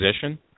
position